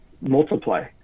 multiply